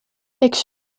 eks